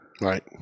Right